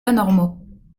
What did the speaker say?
anormaux